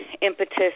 impetus